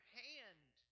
hand